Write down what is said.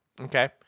Okay